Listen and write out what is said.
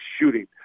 shooting